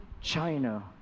China